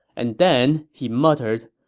and then, he muttered,